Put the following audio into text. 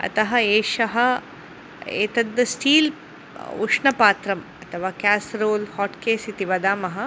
अतः एषः एतद् स्टील् उष्णपात्रं अथवा क्यासरोल् होट्केस् इति वदामः